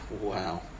Wow